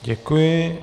Děkuji.